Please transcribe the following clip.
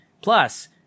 plus